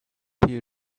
feel